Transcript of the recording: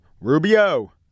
Rubio